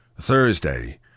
Thursday